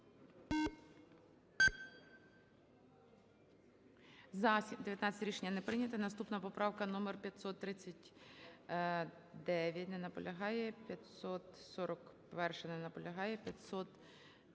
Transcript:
За-19 Рішення не прийнято. Наступна поправка номер 539. Не наполягає. 541-а. Не наполягає. 543-я.